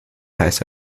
heißt